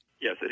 Yes